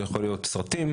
זה יכול להיות סרטים,